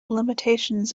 limitations